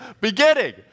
Beginning